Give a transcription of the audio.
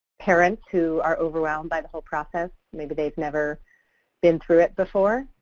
parents who are overwhelmed by the whole process, maybe they've never been through it before.